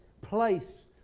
place